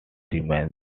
remains